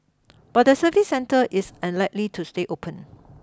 but the service centre is unlikely to stay open